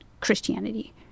Christianity